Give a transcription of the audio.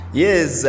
Yes